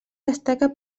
destaca